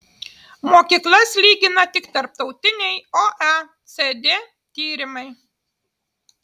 mokyklas lygina tik tarptautiniai oecd tyrimai